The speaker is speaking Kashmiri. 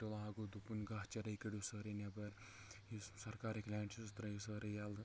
لاگوٗ دوٚپُن گاسہٕ چرٲے کٔڑِو سٲرٕے نٮ۪بر یُس سرکارٕکۍ لینڈ چھ سُہ ترٲیِو سٲرٕے ییلہٕ